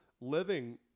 living